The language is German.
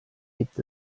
gibt